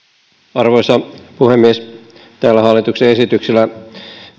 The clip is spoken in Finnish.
arvoisa puhemies tällä hallituksen esityksellä